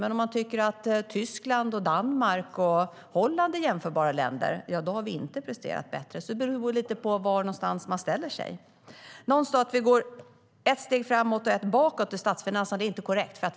Men om man tycker att Tyskland, Danmark och Holland är jämförbara länder har vi inte presterat bättre. Det beror lite på var någonstans man ställer sig. Någon sa att vi går ett steg framåt och ett steg bakåt i statsfinanserna. Det är inte korrekt.